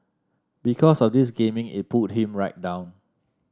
because of this gaming it pulled him right down